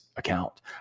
account